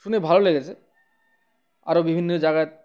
শুনে ভালো লেগেছে আরও বিভিন্ন জায়গায়